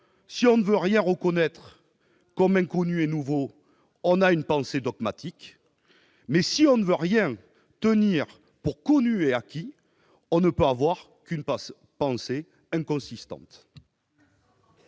si l'on ne veut rien reconnaître comme inconnu et nouveau, on a une pensée dogmatique, mais si l'on ne veut rien tenir pour connu et acquis, on ne peut avoir qu'une pensée inconsistante.